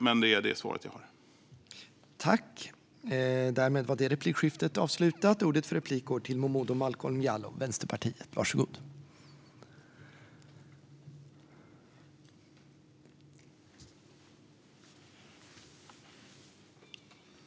Men det är det svar jag har att ge.